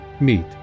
meet